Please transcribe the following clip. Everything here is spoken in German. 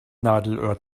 nadelöhr